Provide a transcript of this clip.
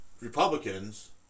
Republicans